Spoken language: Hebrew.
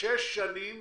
שש שנים